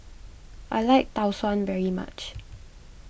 I like Tau Suan very much